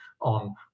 on